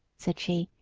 said she,